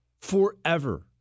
forever